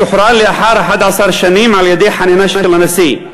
הוא שוחרר לאחר 11 שנים על-ידי חנינה של הנשיא.